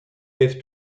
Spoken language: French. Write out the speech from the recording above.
lève